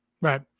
Right